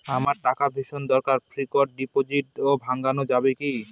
আমার টাকার ভীষণ দরকার ফিক্সট ডিপোজিট ভাঙ্গানো যাবে কি?